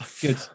Good